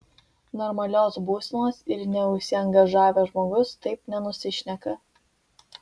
normalios būsenos ir neužsiangažavęs žmogus taip nenusišneka